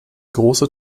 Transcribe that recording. große